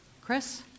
Chris